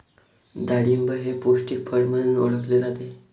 डाळिंब हे पौष्टिक फळ म्हणून ओळखले जाते